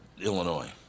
Illinois